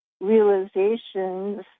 realizations